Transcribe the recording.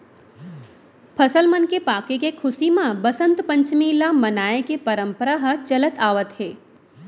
फसल मन के पाके के खुसी म बसंत पंचमी ल मनाए के परंपरा ह चलत आवत हे